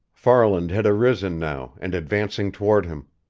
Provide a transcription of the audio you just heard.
farland had arisen now, and advancing toward him.